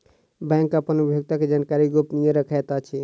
bank अपन उपभोगता के जानकारी गोपनीय रखैत अछि